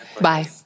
Bye